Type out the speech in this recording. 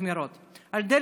דודי